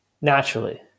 naturally